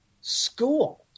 school